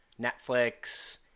Netflix